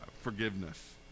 forgiveness